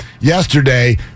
yesterday